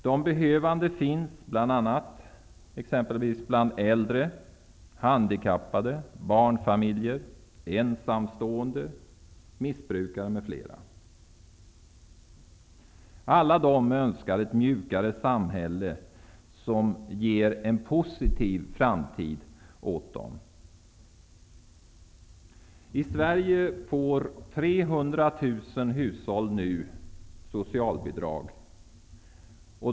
De behövande finns exempelvis bland äldre, handikappade, barnfamiljer, ensamstående och missbrukare. Alla de önskar ett mjukare samhälle som ger dem en positiv framtid. I Sverige får nu 300 000 hushåll socialbidrag.